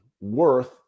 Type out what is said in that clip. worth